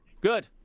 Good